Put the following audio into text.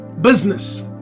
business